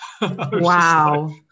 wow